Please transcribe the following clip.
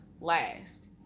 last